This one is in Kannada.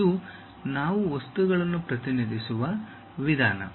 ಇದು ನಾವು ವಸ್ತುಗಳನ್ನು ಪ್ರತಿನಿಧಿಸುವ ವಿಧಾನ